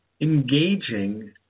engaging